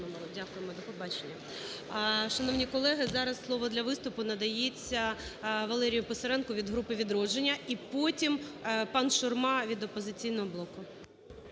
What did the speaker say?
Дякую, ГОЛОВУЮЧИЙ. Шановні колеги, зараз слово для виступу надається Валерію Писаренку від групи "Відродження". І потім – панШурма від "Опозиційного блоку".